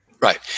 Right